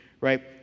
Right